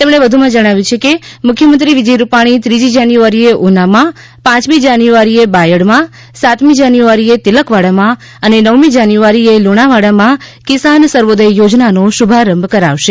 તેમણે વધુમાં જણાવ્યું કે મુખ્યમંત્રી વિજય રૂપાણી ત્રીજી જાન્યુઆરીએ ઉનામાં પાંચમી જાન્યુઆરીએ બાયડમાં સાતમી જાન્યુઆરીએ તિલકવાડામાં અને નવમી જાન્યુઆરીએ લુણાવાડામાં કિસાન સર્વોદય યોજનાનો શુભારંભ કરાવશે